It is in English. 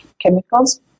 chemicals